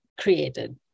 created